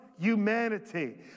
humanity